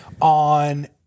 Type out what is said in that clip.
on